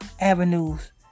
avenues